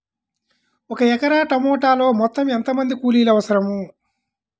ఒక ఎకరా టమాటలో మొత్తం ఎంత మంది కూలీలు అవసరం?